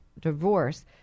divorce